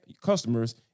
customers